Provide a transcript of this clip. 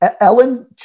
Ellen